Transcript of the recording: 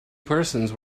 persons